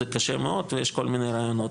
זה קשה מאוד, ויש כל מיני רעיונות.